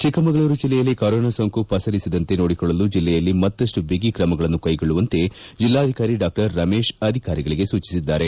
ಚಿಕ್ಕಮಗಳೂರು ಜಲ್ಲೆಯಲ್ಲಿ ಕೊರೋನಾ ಸೋಂಕು ಪಸರಿಸದಂತೆ ನೋಡಿಕೊಳ್ಳಲು ಜಲ್ಲೆಯಲ್ಲಿ ಮತ್ತಷ್ಟು ಬಿಗಿ ಕ್ರಮಗಳನ್ನು ಕೈಗೊಳ್ಳುವಂತೆ ಜಿಲ್ಲಾಧಿಕಾರಿ ಡಾ ರಮೇಶ್ ಅಧಿಕಾರಿಗಳಿಗೆ ಸೂಚಿಸಿದ್ದಾರೆ